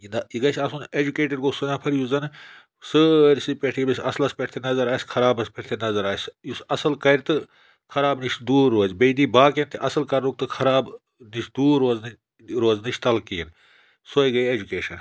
یہِ نہ یہِ گژھِ آسُن اٮ۪جوکیٹٕڈ گوٚو سُہ نفر یُس زَن سٲرسٕے پٮ۪ٹھ ییٚمِس اصلَس پٮ۪ٹھ تہِ نظر آسہِ خرابَس پٮ۪ٹھ تہِ نظر آسہِ یُس اَصٕل کَرِ تہٕ خراب نِش دوٗر روزِ بیٚیہِ دی باقٕیَن تہِ اَصل کَرنُک تہٕ خراب نِش دوٗر روزنٕچ روزنٕچ تلقیٖن سوے گے اٮ۪جوکیشَن